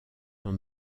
dans